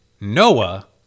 Noah